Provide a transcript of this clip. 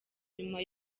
nyuma